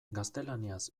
gaztelaniaz